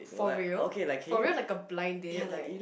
for real for real like a blind date like